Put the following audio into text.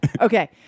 Okay